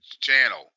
channel